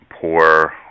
poor